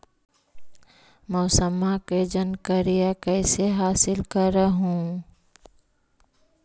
मौसमा के जनकरिया कैसे हासिल कर हू?